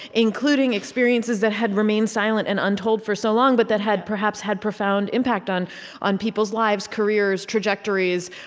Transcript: including experiences that had remained silent and untold for so long, but that had, perhaps, had profound impact on on people's lives, careers, trajectories,